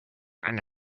eine